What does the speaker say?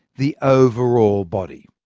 the overall body.